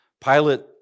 Pilate